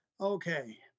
Okay